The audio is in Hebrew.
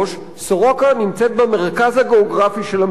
"סורוקה" נמצא במרכז הגיאוגרפי של המדינה.